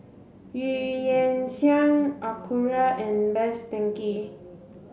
Eu Yan Sang Acura and Best Denki